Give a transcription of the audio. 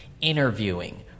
interviewing